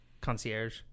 concierge